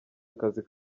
akazi